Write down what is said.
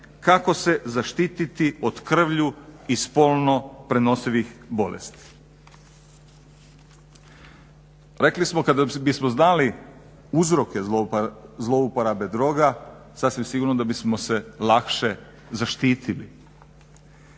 kako se zaštititi od krvlju i spolno prenosivih bolesti. Rekli smo kada bismo znali uzroke zlouporabe droga, sasvim sigurno da bismo se lakše zaštitili.